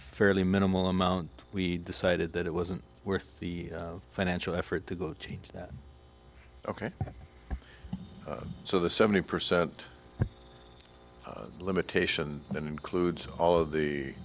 fairly minimal amount we decided that it wasn't worth the financial effort to go change that ok so the seventy percent limitation that includes all of the